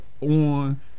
on